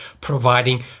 providing